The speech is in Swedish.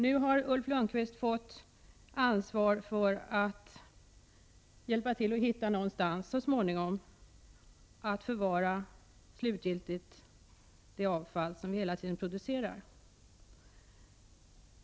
Nu har Ulf Lönnqvist fått i uppgift att hjälpa till med att så småningom hitta en plats för slutgiltig förvaring av det avfall som vi hela tiden producerar.